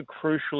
crucial